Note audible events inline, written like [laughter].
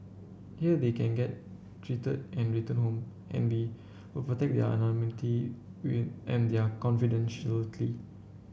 here they can get treated and return home and we will protect their anonymity [unintelligible] and their [unintelligible]